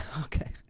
okay